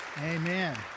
Amen